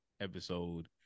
episode